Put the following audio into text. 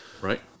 Right